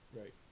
Right